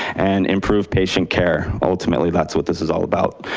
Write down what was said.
and improve patient care, ultimately that's what this is all about.